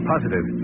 Positive